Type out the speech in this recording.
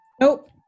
Nope